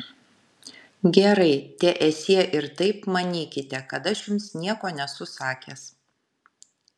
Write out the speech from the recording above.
gerai teesie ir taip manykite kad aš jums nieko nesu sakęs